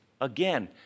Again